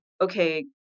okay